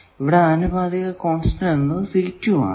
ഇവിടെ ആനുപാതിക കോൺസ്റ്റന്റ് എന്നത് ആണ്